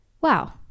wow